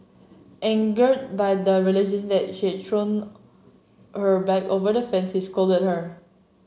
angered by the realisation that she had thrown her bag over the fence he scolded her